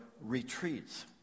retreats